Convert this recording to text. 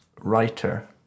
writer